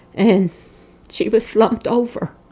and she was slumped over.